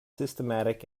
systematic